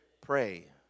Pray